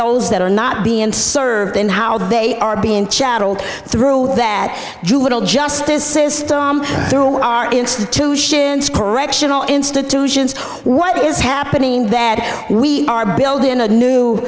those that are not being served and how they are being chattel through that juvenile justice system through our institutions correctional institutions what is happening that we are building a new